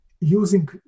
using